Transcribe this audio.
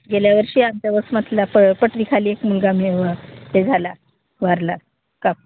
गेल्या वर्षी आमच्या वसमातल्या प पटरीखाली एक मुलगा मेला हे ते झाला वारला काप